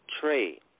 trade